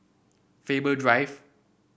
Faber Drive